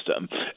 system